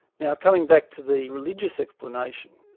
now coming back to the religious explanation,